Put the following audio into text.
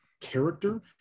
character